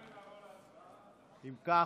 אם כך,